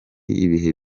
ibihe